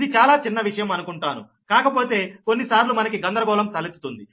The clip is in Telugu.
ఇది చాలా చిన్న విషయం అనుకుంటాను కాకపోతే కొన్నిసార్లు మనకి గందరగోళం తలెత్తుతుంది